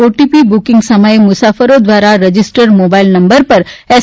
OTP booking સમયે મુસાફર દ્વારા રજીસ્ટ્રર મોબાઇલ નંબર પર એસ